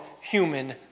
human